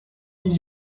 dix